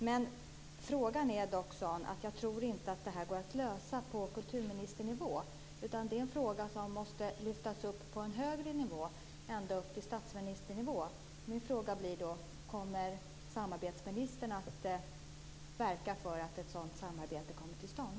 Frågan är dock sådan att jag inte tror att den går att lösa på kulturministernivå. Det är en fråga som måste lyftas upp på en högre nivå, ända upp till statsministernivå. Min fråga blir därför: Kommer samarbetsministern att verka för att ett sådant samarbete kommer till stånd?